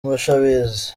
mushabizi